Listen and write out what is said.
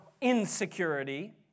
insecurity